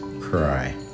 Cry